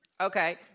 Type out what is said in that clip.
Okay